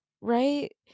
right